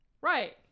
Right